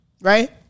Right